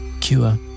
cure